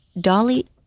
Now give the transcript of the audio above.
Dolly